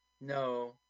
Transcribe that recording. No